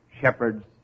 shepherds